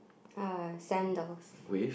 uh sandals